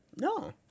No